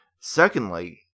secondly